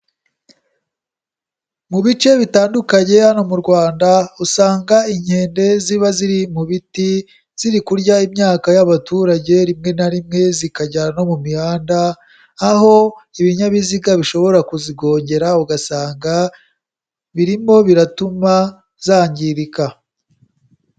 Mu bice bitandukanye hano mu Rwanda, usanga inkende ziba ziri mu biti, ziri kurya imyaka y'abaturage rimwe na rimwe zikajyana no mu mihanda, aho ibinyabiziga bishobora kuzigongera ugasanga birimo biratuma zangirika.